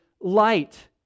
light